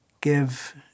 give